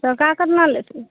टका कतना लेतै